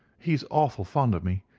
he's awful fond of me.